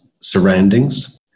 surroundings